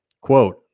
Quote